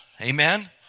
Amen